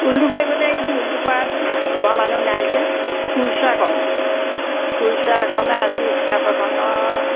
ঊলটো কৰিবলৈ এৰিছোঁ ঊলটো কৰা এই লোৱা মানুহ নাই যে কুৰ্ছা কৰোঁ কুৰ্ছাখনে আজি স্কাৰ্ফ এখনৰ